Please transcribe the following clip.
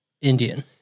Indian